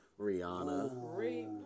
Rihanna